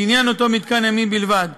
לעניין אותו מתקן ימי בלבד,